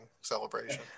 celebration